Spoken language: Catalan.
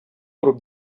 grup